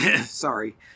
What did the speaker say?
Sorry